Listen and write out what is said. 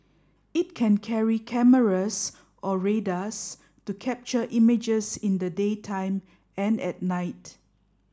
it can carry cameras or radars to capture images in the daytime and at night